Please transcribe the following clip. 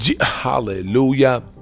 hallelujah